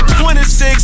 26